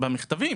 במכתבים.